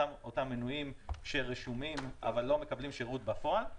אותם מנויים שרשומים אבל לא מקבלים שירות בפועל.